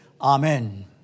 Amen